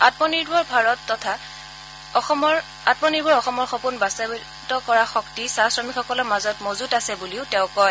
আমনিৰ্ভৰ ভাৰত তথা আমনিৰ্ভৰ অসমৰ সপোন বাস্তৱায়িত কৰা শক্তি চাহ শ্ৰমিকসকলৰ মাজত মজুত আছে বুলিও তেওঁ কয়